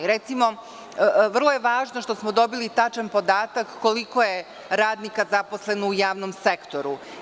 Recimo, vrlo je važno što smo dobili tačan podatak koliko je radnika zaposleno u javnom sektoru.